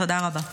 תודה רבה.